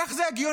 איך זה הגיוני?